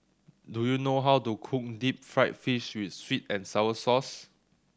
do you know how to cook deep fried fish with sweet and sour sauce